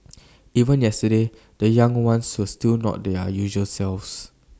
even yesterday the young ones so still not their usual selves